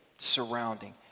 surrounding